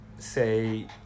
Say